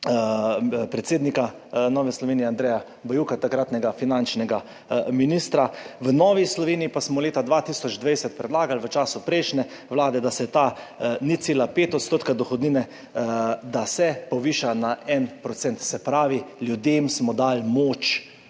predsednika Nove Slovenije Andreja Bajuka, takratnega finančnega ministra. V Novi Sloveniji pa smo leta 2020 predlagali v času prejšnje vlade, da se ta 0,5 % dohodnine, da se poviša na 1 %. Se pravi, ljudem smo dali moč.